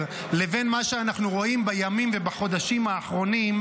לבין מה שאנחנו רואים בימים ובחודשים האחרונים,